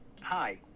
hi